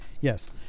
Yes